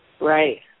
Right